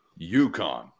UConn